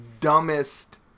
dumbest